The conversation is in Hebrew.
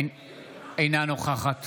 אינה נוכחת